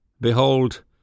Behold